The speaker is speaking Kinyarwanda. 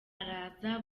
araza